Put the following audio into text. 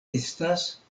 estas